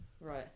right